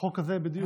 חוק כזה בדיוק.